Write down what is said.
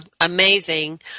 amazing